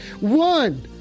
One